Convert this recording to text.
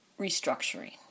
restructuring